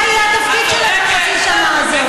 מה יהיה התפקיד שלהם בחצי השנה הזאת?